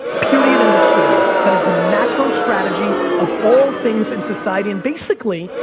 period, end of story. that is the macro strategy of all things in society, and basically,